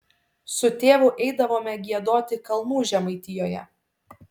su tėvu eidavome giedoti kalnų žemaitijoje